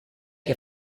che